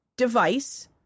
Device